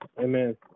Amen